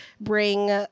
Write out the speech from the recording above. bring